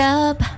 up